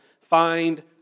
find